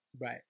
Right